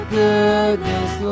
goodness